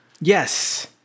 Yes